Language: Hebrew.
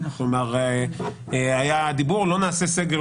כלומר היה דיבור לא נעשה סגר,